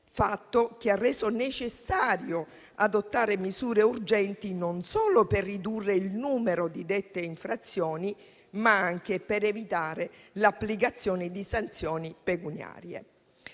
fatto che ha reso necessario adottare misure urgenti, non solo per ridurre il numero di dette infrazioni, ma anche per evitare l'applicazione di sanzioni pecuniarie.